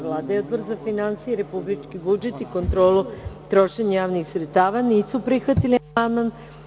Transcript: Vlada i Odbor za finansije, republički budžet i kontrolu trošenja javnih sredstava nisu prihvatili amandman.